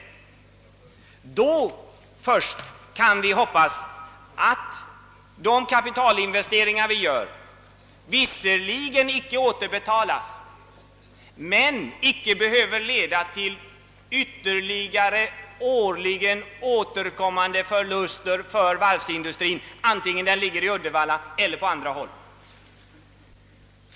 Då först kan vi hoppas att våra kapitalinvesteringar visserligen icke återbetalas men icke behöver leda till ytterligare årligen återkommande förluster för varvsindustrin, antingen den ligger i Uddevalla eller på annat håll.